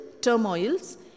turmoils